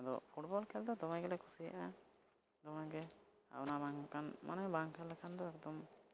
ᱟᱫᱚ ᱯᱷᱩᱴᱵᱚᱞ ᱠᱷᱮᱹᱞ ᱫᱚ ᱫᱚᱢᱮ ᱜᱮᱞᱮ ᱠᱩᱥᱤᱭᱟᱜᱼᱟ ᱫᱚᱢᱮ ᱜᱮ ᱟᱨ ᱚᱱᱟ ᱵᱟᱝᱠᱷᱟᱱ ᱢᱟᱱᱮ ᱵᱟᱝ ᱠᱷᱮᱹᱞ ᱞᱮᱠᱷᱟᱱ ᱫᱚ ᱮᱠᱫᱚᱢ